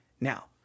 Now